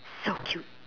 so cute